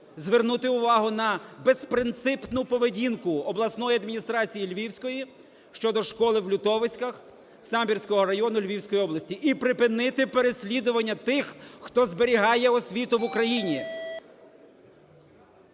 звернути увагу на безпринципну поведінку обласної адміністрації Львівської щодо школи в Лютовиськах Самбірського району Львівської області. І припинити переслідування тих, хто зберігає освіту в Україні.